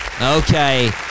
Okay